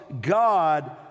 God